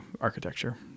architecture